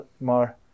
more